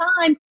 time